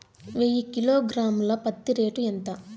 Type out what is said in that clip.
వెయ్యి కిలోగ్రాము ల పత్తి రేటు ఎంత?